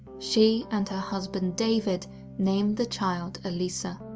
she, and her husband, david named the child elisa.